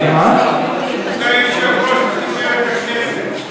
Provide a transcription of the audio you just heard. אדוני היושב-ראש, לתפארת הכנסת.